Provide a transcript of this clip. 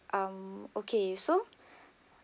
um okay so